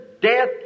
death